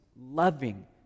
loving